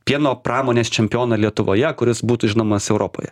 pieno pramonės čempioną lietuvoje kuris būtų žinomas europoje